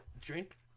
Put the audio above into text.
drink